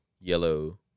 yellow